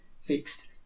fixed